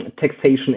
taxation